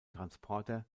transporter